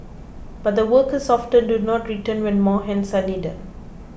but the workers often do not return when more hands are needed